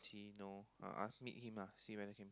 he know uh ask meet him lah see whether